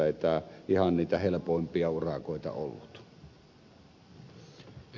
ei tämä ihan niitä helpoimpia urakoita ollut